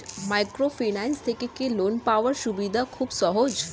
Microfinance থেকে কি loan পাওয়ার সুবিধা খুব সহজ?